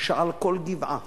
שעל כל גבעה